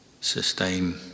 sustain